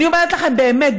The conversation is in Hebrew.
אני אומרת לכם באמת,